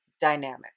dynamic